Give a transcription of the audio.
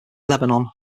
lebanon